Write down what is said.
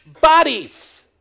bodies